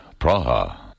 Praha